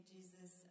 Jesus